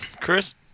Chris